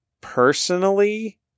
personally